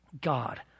God